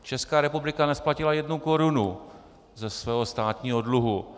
Česká republika nesplatila jednu korunu ze svého státního dluhu.